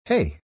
Hey